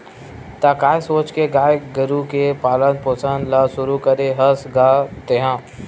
त काय सोच के गाय गरु के पालन पोसन ल शुरू करे हस गा तेंहा?